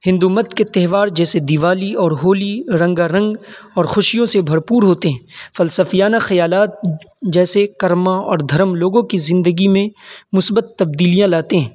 ہندو مت کے تہوار جیسے دیوالی اور ہولی رنگا رنگ اور خوشیوں سے بھرپور ہوتے ہیں فلسفیانہ خیالات جیسے کرما اور دھرم لوگوں کی زندگی میں مثبت تبدیلیاں لاتے ہیں